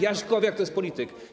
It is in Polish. Jaśkowiak to jest polityk.